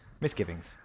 misgivings